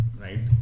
right